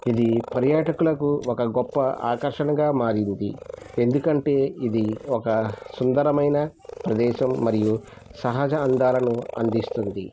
ఇది పర్యాటకులకు ఒక గొప్ప ఆకర్షణగా మారింది ఎందుకంటే ఇది ఒక సుందరమైన ప్రదేశం మరియు సహజ అందాలను అందిస్తుంది